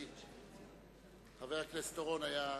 לא,